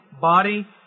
body